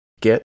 get